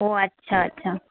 ও আচ্ছা আচ্ছা